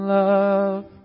love